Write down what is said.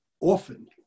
often